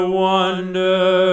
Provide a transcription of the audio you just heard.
wonder